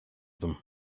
them